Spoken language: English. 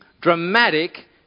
dramatic